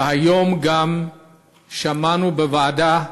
והיום גם שמענו בוועדה,